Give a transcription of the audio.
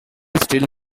still